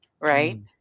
right